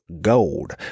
gold